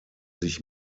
sich